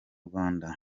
rwanda